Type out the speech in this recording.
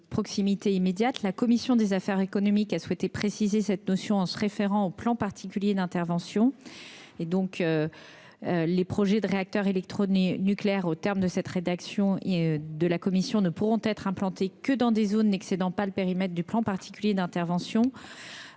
La commission des affaires économiques a souhaité clarifier cette notion en se référant aux plans particuliers d'intervention. Les projets de réacteurs électronucléaires, aux termes de la rédaction issue des travaux de la commission, ne pourront être implantés que dans des zones n'excédant pas le périmètre du PPI. Toutes les installations